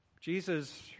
Jesus